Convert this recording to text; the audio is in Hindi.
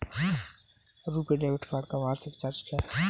रुपे डेबिट कार्ड का वार्षिक चार्ज क्या है?